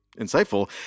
insightful